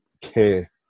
care